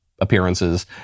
appearances